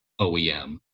OEM